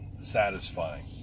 satisfying